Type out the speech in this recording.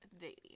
dating